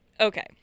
okay